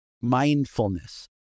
mindfulness